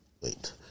Wait